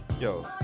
Yo